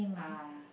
uh